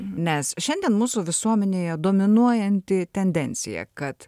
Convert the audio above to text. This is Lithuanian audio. nes šiandien mūsų visuomenėje dominuojanti tendencija kad